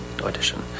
audition